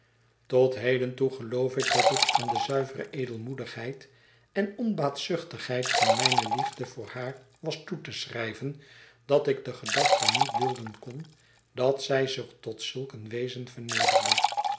tot heden toe geloof ik dat het aan de zuivere edelmoedigheid en onbaatzuchtigheid van mijne liefde voor haar was toe te schrijven dat ik de gedachte niet dulden kon dat zij zich tot zulk een wezen vernederde